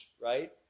Right